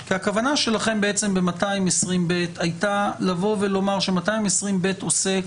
כי הכוונה שלכם בסעיף 220ב היתה לומר ש-220ב עוסק